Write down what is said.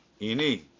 Ini